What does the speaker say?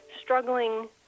struggling